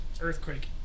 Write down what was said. earthquake